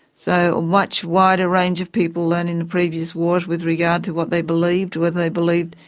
so a much wider range of people than in the previous wars with regard to what they believed, whether they believed,